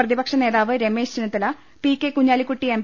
പ്രതിപക്ഷനേതാവ് Ramesh Chennithala P K Kunhalikutty M